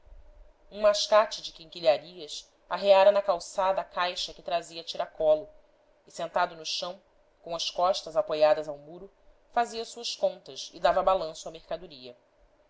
um mascate de quinquilharias arreara na calçada a caixa que trazia a tiracolo e sentado no chão com as costas apoiadas ao muro fazia suas contas e dava balanço à mercadoria